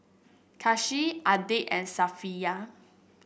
Kasih Adi and Safiya